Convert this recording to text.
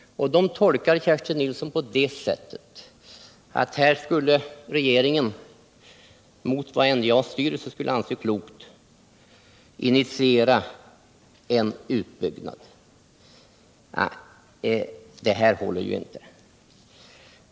Dem tolkar Kerstin Nilsson på det sättet att här skulle regeringen mot vad NJA:s styrelse skulle anse klokt initiera en utbyggnad. Nej, detta håller inte.